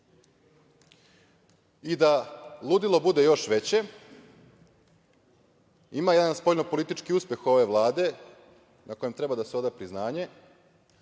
Da ludilo bude još veće, ima jedan spoljnopolitički uspeh ove Vlade na kojem treba da se oda priznanje,